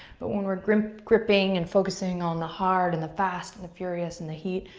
but when we're gripping gripping and focusing on the hard, and the fast, and the furious, and the heat,